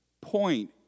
point